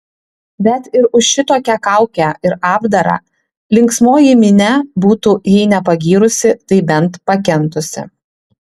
bet ir už šitokią kaukę ir apdarą linksmoji minia būtų jei ne pagyrusi tai bent pakentusi